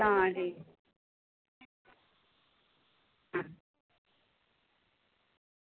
तां ठीक